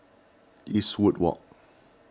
Eastwood Walk